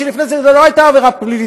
אפילו שלפני כן זה לא היה עבירה פלילית.